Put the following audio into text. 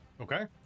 okay